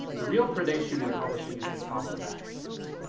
the real predation in publishing is the cost of access.